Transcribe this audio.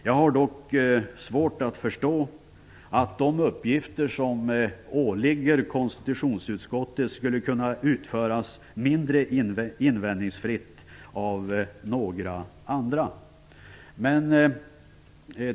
Jag har dock svårt att förstå att de uppgifter som åligger konstitutionsutskottet skulle kunna utföras mindre invändningsfritt av några andra.